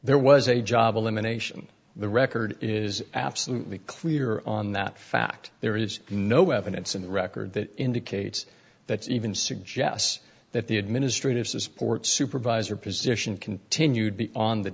there was a job elimination the record is absolutely clear on that fact there is no evidence in the record that indicates that even suggests that the administrative support supervisor position continued be on the